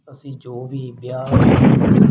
ਅਸੀਂ ਜੋ ਵੀ ਵਿਆਹ